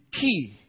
key